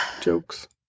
Jokes